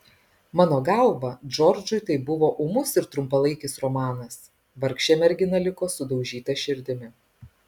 mano galva džordžui tai buvo ūmus ir trumpalaikis romanas vargšė mergina liko sudaužyta širdimi